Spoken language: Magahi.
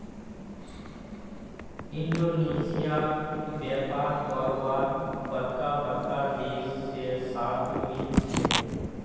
इंडोनेशिया क व्यापार करवार बरका बरका देश से साथ मिल छे